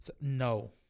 No